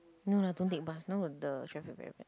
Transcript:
no lah don't take bus now the traffic very bad